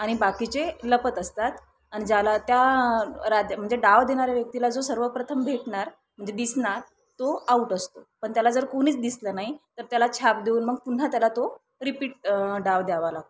आणि बाकीचे लपत असतात आणि ज्याला त्या राज्य म्हणजे डाव देणाऱ्या व्यक्तीला जो सर्वप्रथम भेटणार म्हणजे दिसणार तो आऊट असतो पण त्याला जर कोणीच दिसलं नाही तर त्याला छाप देऊन मग पुन्हा त्याला तो रिपीट डाव द्यावा लागतो